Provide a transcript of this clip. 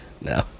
no